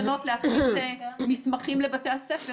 ציבור יכול לקבל החלטה מושכלת על פי נתונים שהם שקופים.